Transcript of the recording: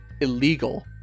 Illegal